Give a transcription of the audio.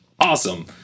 Awesome